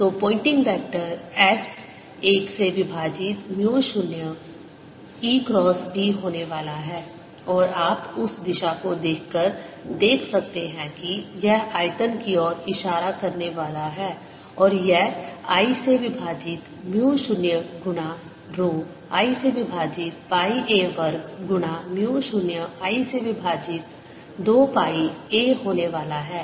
B0I2πa तो Poynting vector S 1 से विभाजित म्यू 0 E क्रॉस B होने वाला है और आप उस दिशा को देखकर देख सकते हैं कि यह आयतन की ओर इशारा करने वाला है और यह 1 से विभाजित म्यू 0 गुना रो I से विभाजित पाई a वर्ग गुना म्यू 0 I से विभाजित 2 पाई a होने वाला है